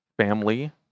family